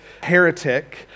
heretic